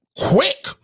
quick